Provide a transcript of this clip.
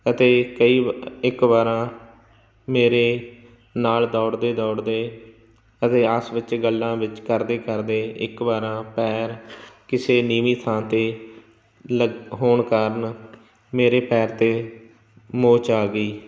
ਅਤੇ ਕਈ ਇੱਕ ਵਾਰ ਮੇਰੇ ਨਾਲ ਦੌੜਦੇ ਦੌੜਦੇ ਰਿਆਸ ਵਿੱਚ ਗੱਲਾਂ ਵਿੱਚ ਕਰਦੇ ਕਰਦੇ ਇੱਕ ਵਾਰ ਪੈਰ ਕਿਸੇ ਨੀਵੀਂ ਥਾਂ 'ਤੇ ਲ ਹੋਣ ਕਾਰਨ ਮੇਰੇ ਪੈਰ 'ਤੇ ਮੋਚ ਆ ਗਈ